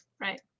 Right